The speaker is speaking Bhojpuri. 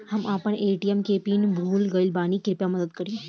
हम आपन ए.टी.एम के पीन भूल गइल बानी कृपया मदद करी